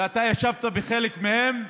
ואתה ישבת בחלק מהן,